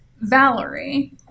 Valerie